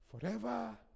forever